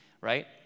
right